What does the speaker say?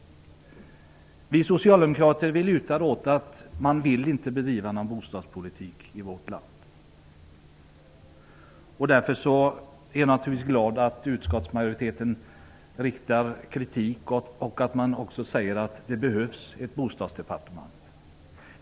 Vi socialdemokrater lutar åt uppfattningen att man inte vill driva någon bostadspolitik i vårt land. Därför är jag naturligtvis glad över att utskottsmajoriteten riktar kritik och säger att det behövs ett bostadsdepartement.